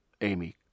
Amy